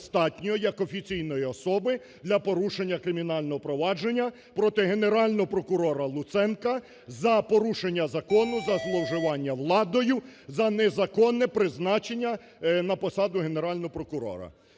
як офіційної особи для порушення кримінального провадження проти Генерального прокурора Луценка за порушення закону, за зловживання владою, за незаконне призначення на посаду Генерального прокурора.